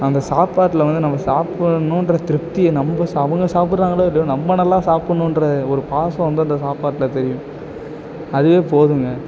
அந்த சாப்பாட்டில வந்து நம்ம சாப்பிடணுன்ற திருப்தி நம்ம அவங்க சாப்பிட்றாங்களோ இல்லையோ நம்ம நல்லா சாப்பிட்ணுன்ற ஒரு பாசம் வந்து அந்த சாப்பாட்டில தெரியும் அதுவே போதுங்க